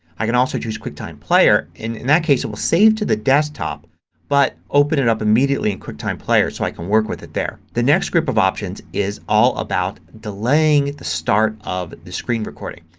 i can also choose quicktime player. in in that case it will save to the desktop but open it up immediately in quicktime player so i can work with it there. the next group of options is all about delaying the start of the screen recording.